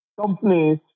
companies